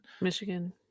Michigan